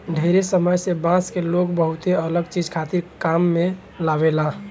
ढेरे समय से बांस के लोग बहुते अलग चीज खातिर काम में लेआवेला